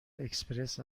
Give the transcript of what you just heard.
اکسپرس